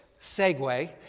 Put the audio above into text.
segue